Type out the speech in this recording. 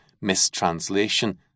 mistranslation